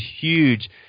huge